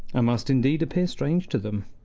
i must indeed appear strange to them,